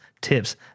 tips